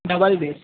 double base